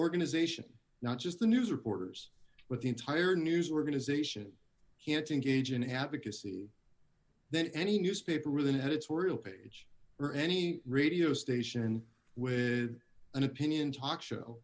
organization not just the news reporters but the entire news organization can't engage in advocacy then any newspaper with an editorial page or any radio station with an opinion talk show